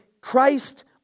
Christ